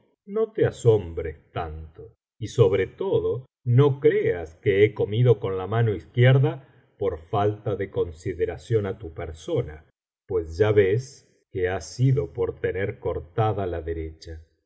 no te asombres tanto y sobre todo no creas que he comido con la mano izquierda por falta de consideración á tu persona pues ya ves que ha sido por tener cortada la derecha